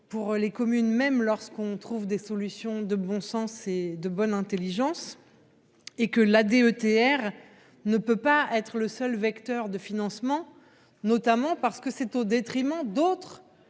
pour les communes, même lorsqu'on trouve des solutions de bon sens et de bonne Intelligence. Et que la DETR ne peut pas être le seul vecteur de financement. Notamment parce que c'est au détriment d'autres